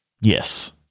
Yes